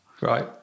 Right